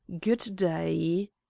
good-day